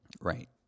Right